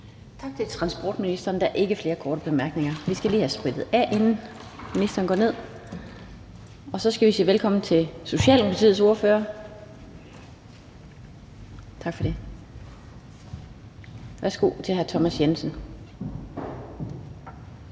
Tak til transportministeren. Der er ikke flere korte bemærkninger. Vi skal lige have sprittet af, inden ministeren går ned. Tak for det. Og så skal vi sige velkommen til Socialdemokratiets ordfører. Værsgo til hr. Thomas Jensen.